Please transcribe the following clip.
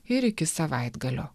ir iki savaitgalio